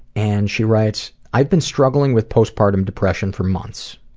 and she writes, i've been struggling with postpartum depression for months.